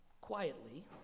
quietly